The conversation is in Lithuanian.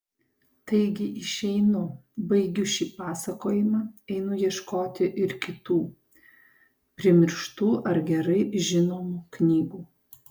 taigi išeinu baigiu šį pasakojimą einu ieškoti ir kitų primirštų ar gerai žinomų knygų